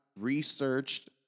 researched